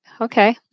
okay